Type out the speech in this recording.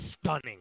stunning